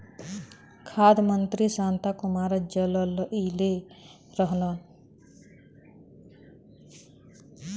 खाद्य मंत्री शांता कुमार चललइले रहलन